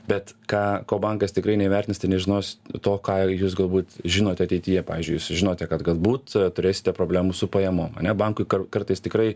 bet ką ko bankas tikrai neįvertins ir nežinos to ką jūs galbūt žinote ateityje pavyzdžiui jūs sužinojote kad galbūt turėsite problemų su pajamom ane bankui kartais tikrai